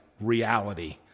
reality